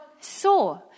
saw